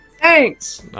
thanks